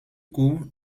coup